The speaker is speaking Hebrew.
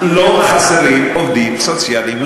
לא חסרים עובדים סוציאליים,